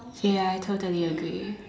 ya I totally agree